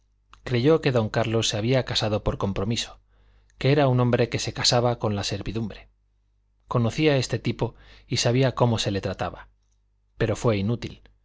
creyó que don carlos se había casado por compromiso que era un hombre que se casaba con la servidumbre conocía este tipo y sabía cómo se le trataba pero fue inútil